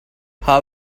how